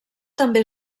també